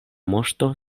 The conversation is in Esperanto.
moŝto